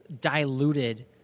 diluted